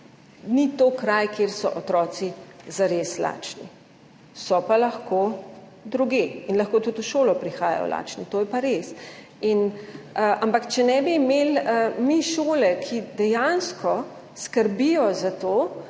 ni to kraj, kjer so otroci zares lačni, so pa lahko drugje in lahko tudi v šolo prihajajo lačni. To je pa res. Ampak če ne bi imeli mi šole, ki dejansko skrbijo za to,